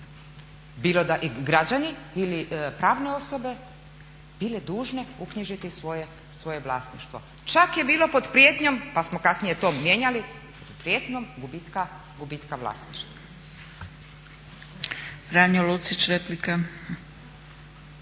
bilo građani ili pravne osobe bile dužne uknjižiti svoje vlasništvo. Čak je bilo pod prijetnjom pa smo kasnije to mijenjali, prijetnjom gubitka vlasništva.